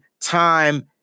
time